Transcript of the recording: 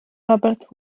robert